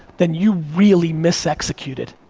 then you really mis-executed.